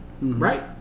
right